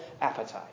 appetite